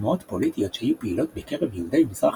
תנועות פוליטיות שהיו פעילות בקרב יהודי מזרח